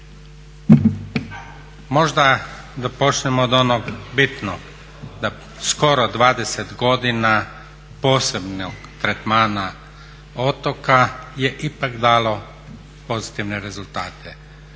Možda da počnem od onog bitnog, da skoro 20 godina posebnog tretmana otoka je ipak dalo pozitivne rezultate.